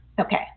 Okay